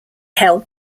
held